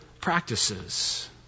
practices